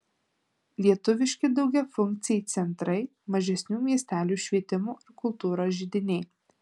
lietuviški daugiafunkciai centrai mažesnių miestelių švietimo ir kultūros židiniai